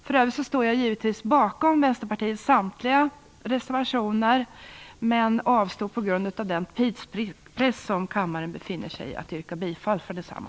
För övrigt står jag givetvis bakom Vänsterpartiets samtliga reservationer men avstår på grund av den tidspress som kammaren befinner sig i från att yrka bifall till dessa.